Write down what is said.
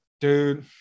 Dude